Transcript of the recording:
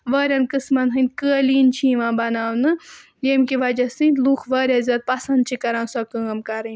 واریاہَن قٕسمَن ہٕنٛدۍ قٲلیٖن چھِ یِوان بَناونہٕ ییٚمہِ کہِ وجہ سۭتۍ لُکھ واریاہ زیادٕ پَسنٛد چھِ کَران سۄ کٲم کَرٕنۍ